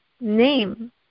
name